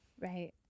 Right